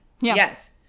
Yes